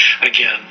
again